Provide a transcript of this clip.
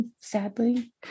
sadly